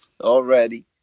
already